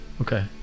okay